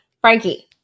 Frankie